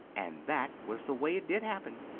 and that was the way it did happen.